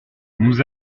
nous